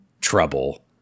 trouble